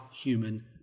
human